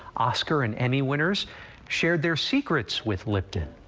oscar and emmy winner's share their secrets with lifted.